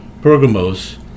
Pergamos